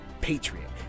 patriot